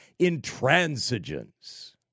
intransigence